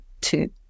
two